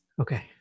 Okay